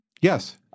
Yes